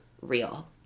real